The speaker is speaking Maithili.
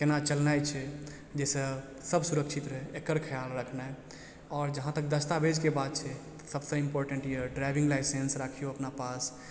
केना चलनाइ छै जैसँ सभ सुरक्षित रहय एकर ख्याल रखना आओर जहाँ तक दस्तावेजके बात छै सभसँ इम्पोर्टेन्ट यऽ ड्राइविंग लाइसेंस राखियौ अपना पास